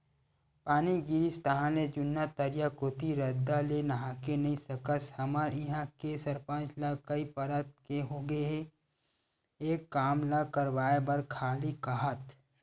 पानी गिरिस ताहले जुन्ना तरिया कोती रद्दा ले नाहके नइ सकस हमर इहां के सरपंच ल कई परत के होगे ए काम ल करवाय बर खाली काहत